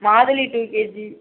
மாதுளை two KG